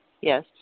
Yes